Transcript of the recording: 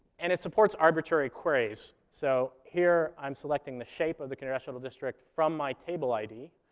and it supports arbitrary queries, so here, i'm selecting the shape of the congressional district from my table id,